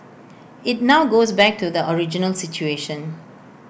IT now goes back to the original situation